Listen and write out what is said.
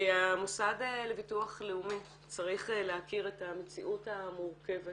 המוסד לביטוח לאומי צריך להכיר את המציאות המורכבת